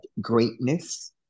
greatness